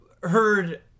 heard